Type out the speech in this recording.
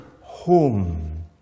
home